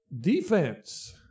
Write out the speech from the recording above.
Defense